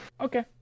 Okay